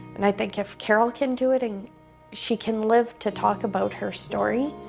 and i think if carol can do it and she can live to talk about her story,